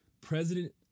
President